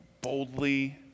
boldly